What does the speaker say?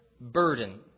burden